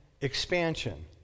expansion